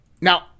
Now –